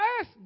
earth